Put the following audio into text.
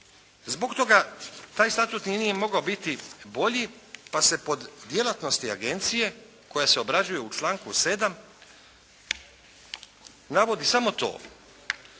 Zbog toga taj statut ni nije mogao biti bolji pa se pod djelatnosti agencije koja se obrađuje u članku 7. navodi samo to